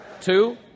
Two